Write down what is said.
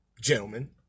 gentlemen